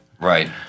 Right